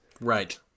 Right